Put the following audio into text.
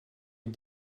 les